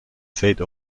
fate